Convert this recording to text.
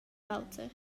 auter